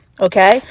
okay